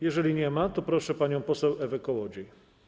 Jeżeli nie ma, proszę panią poseł Ewę Kołodziej.